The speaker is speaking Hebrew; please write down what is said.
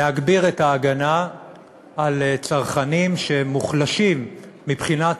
להגביר את ההגנה על צרכנים שהם מוחלשים מבחינת